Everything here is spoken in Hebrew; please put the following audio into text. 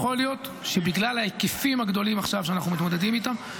יכול להיות שבגלל ההיקפים הגדולים שאנחנו מתמודדים איתם עכשיו,